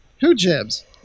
Who-jibs